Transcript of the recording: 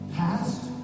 past